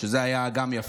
שזה גם היה יפה.